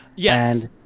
Yes